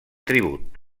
tribut